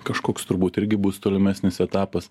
kažkoks turbūt irgi bus tolimesnis etapas